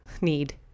need